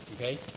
Okay